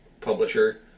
publisher